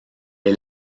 est